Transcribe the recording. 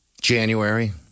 January